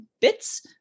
bits